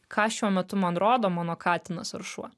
ką šiuo metu man rodo mano katinas ar šuo